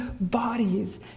bodies